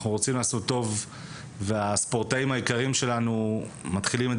אנחנו רוצים לעשות טוב והספורטאים היקרים שלנו מתחילים את